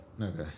Okay